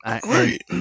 Great